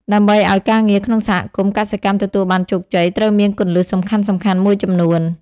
ដើម្បីឲ្យការងារក្នុងសហគមន៍កសិកម្មទទួលបានជោគជ័យ ត្រូវមាន គន្លឹះសំខាន់ៗ មួយចំនួន។